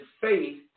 faith